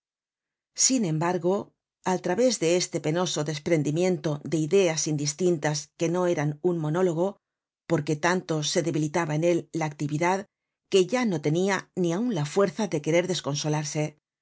sin embargo al través de este penoso desprendimiento de ideas indistintas que no eran un monólogo porque tanto se debilitaba en éi la actividad que ya no tenia ni aun la fuerza de querer desconsolarse al